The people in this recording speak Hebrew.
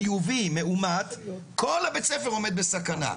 חיובי מאומת כל בית הספר עומד בסכנה.